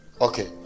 okay